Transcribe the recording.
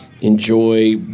enjoy